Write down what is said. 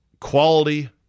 Quality